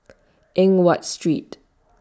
Eng Watt Street